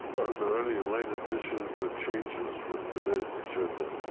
are there any late additions or changes for today's agenda?